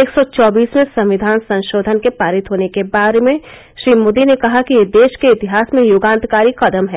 एक सौ चौबीसवे संविधान संशोधन के पारित होने के बारे में श्री मोदी ने कहा कि यह देश के इतिहास में युगांतकारी कदम है